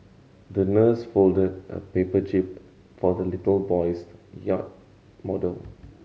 the nurse folded a paper jib for the little boy's yacht model